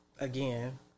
again